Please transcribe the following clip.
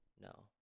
No